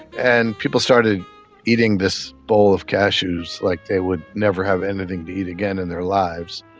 and people started eating this bowl of cashews like they would never have anything to eat again in their lives,